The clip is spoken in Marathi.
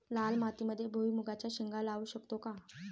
लाल मातीमध्ये भुईमुगाच्या शेंगा लावू शकतो का?